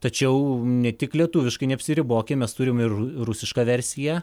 tačiau ne tik lietuviškai neapsiribokim mes turim ir rusišką versiją